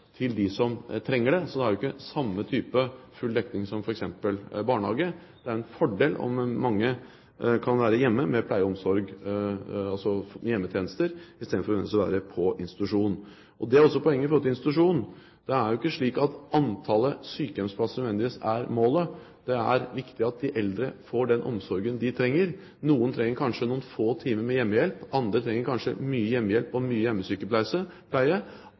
til dem som trenger det. Så det er jo ikke samme type full dekning som f.eks. for barnehage. Det er en fordel om mange kan være hjemme med pleie og omsorg, altså hjemmetjenester, i stedet for nødvendigvis å være på institusjon. Det er også poenget i forhold til institusjon: Det er jo ikke slik at antallet sykehjemsplasser nødvendigvis er målet. Det er viktig at de eldre får den omsorgen de trenger. Noen trenger kanskje noen få timer med hjemmehjelp, andre trenger kanskje mye hjemmehjelp og mye